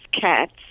cats